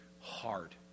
hard